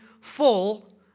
full